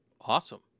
Awesome